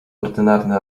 ordynarny